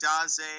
Daze